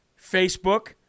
Facebook